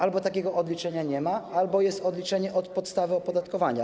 Albo takiego odliczenia nie ma, albo jest odliczenie od podstawy opodatkowania.